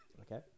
Okay